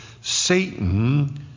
Satan